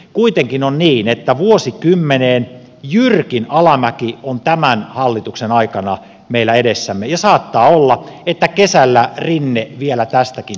kuitenkin on niin että vuosikymmeneen jyrkin alamäki on tämän hallituksen aikana meillä edessämme ja saattaa olla että kesällä rinne vielä tästäkin